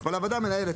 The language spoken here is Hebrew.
אבל הוועדה המנהלת,